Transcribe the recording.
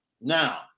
Now